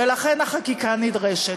ולכן החקיקה נדרשת.